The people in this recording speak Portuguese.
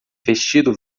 vestido